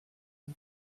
per